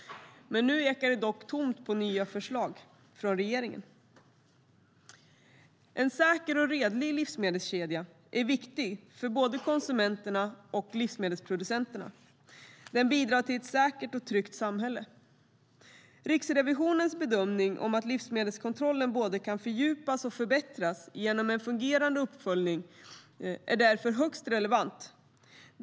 Men nu ekar det dock tomt på nya förslag från regeringen . En säker och redlig livsmedelskedja är viktig för både konsumenter och livsmedelsproducenter. Det bidrar till ett säkert och tryggt samhälle. Riksrevisionens bedömning att livsmedelskontrollen både kan fördjupas och förbättras genom en fungerande uppföljning är därför högst relevant.